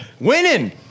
winning